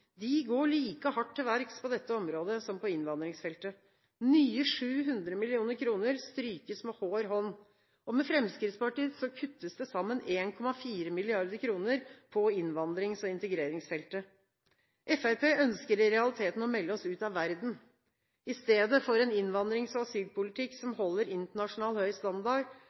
De går like hardt til verks på dette området som på innvandringsfeltet – nye 700 mill. kr strykes med hård hånd. Med Fremskrittspartiet kuttes til sammen 1,4 mrd. kr på innvandrings- og integreringsfeltet. Fremskrittspartiet ønsker i realiteten å melde oss ut av verden. I stedet for en innvandrings- og asylpolitikk som holder internasjonal høy standard,